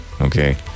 Okay